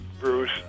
Bruce